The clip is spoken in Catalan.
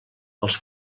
els